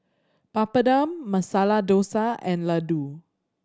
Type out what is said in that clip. Papadum Masala Dosa and Ladoo